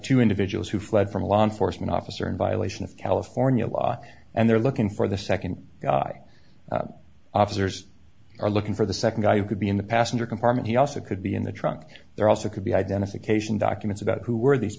two individuals who fled from a law enforcement officer in violation of california law and they're looking for the second guy officers are looking for the second guy who could be in the passenger compartment he also could be in the trunk there also could be identification documents about who were these